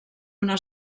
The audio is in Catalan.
una